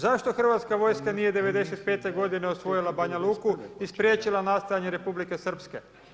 Zašto Hrvatska vojska nije '95. g. osvojila Banja Luku i spriječila nastajanja Republike Srpske?